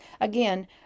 again